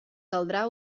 caldrà